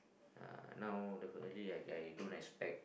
uh now definitely I I don't expect